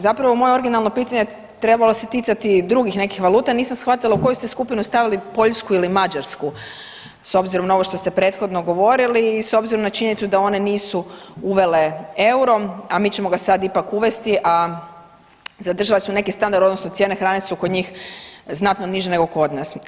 Zapravo moje originalno pitanje trebalo se ticati drugih nekih valuta, nisam shvatila u koju ste skupinu stavili Poljsku ili Mađarsku s obzirom na ovo što ste prethodno govorili i s obzirom na činjenicu da one nisu uvele euro, a mi ćemo ga sad ipak uvesti, a zadržale su neki standard odnosno cijene hrane su kod njih znatno niže nego kod nas.